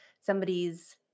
somebody's